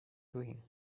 doing